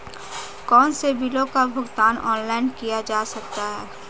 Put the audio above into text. कौनसे बिलों का भुगतान ऑनलाइन किया जा सकता है?